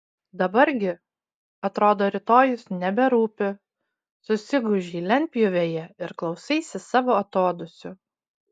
dabar gi atrodo rytojus neberūpi susigūžei lentpjūvėje ir klausaisi savo atodūsių